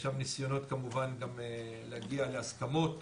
יש שם ניסיונות כמובן להגיע גם להסכמות